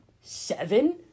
seven